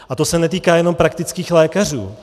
A to se netýká jenom praktických lékařů.